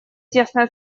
тесное